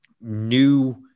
new